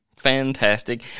Fantastic